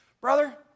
Brother